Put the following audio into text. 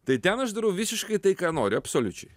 tai ten aš darau visiškai tai ką noriu absoliučiai